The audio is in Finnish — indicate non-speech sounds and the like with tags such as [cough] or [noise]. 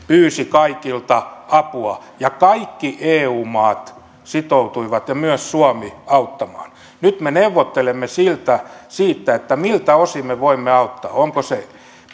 [unintelligible] pyysi kaikilta apua ja kaikki eu maat sitoutuivat myös suomi auttamaan nyt me neuvottelemme siitä miltä osin me voimme auttaa onko se